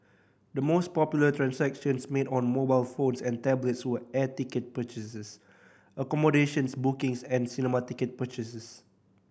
the most popular transactions made on mobile phones and tablets were air ticket purchases accommodation bookings and cinema ticket purchases